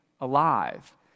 alive